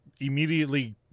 immediately